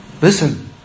Listen